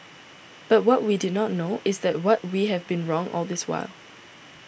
but what we did not know is that what we have been wrong all this while